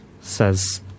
Says